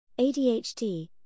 ADHD